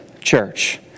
Church